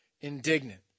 indignant